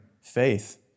faith